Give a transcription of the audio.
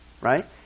right